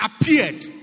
appeared